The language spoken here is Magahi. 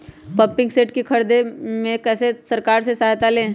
पम्पिंग सेट के ख़रीदे मे कैसे सरकार से सहायता ले?